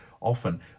often